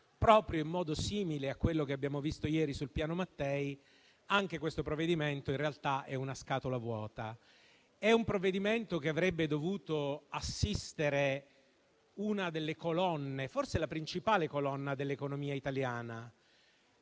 proprio in modo simile a quello che abbiamo visto ieri sul Piano Mattei, anch'esso in realtà è una scatola vuota, nonostante il fatto che avrebbe dovuto assistere una delle colonne, forse la principale, dell'economia italiana.